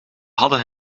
hadden